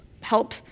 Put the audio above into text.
help